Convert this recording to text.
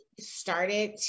started